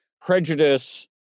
prejudice